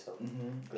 mmhmm